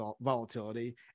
volatility